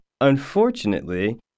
Unfortunately